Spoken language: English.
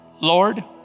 Lord